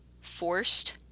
forced